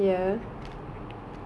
adik tengah buat apa ini